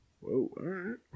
Whoa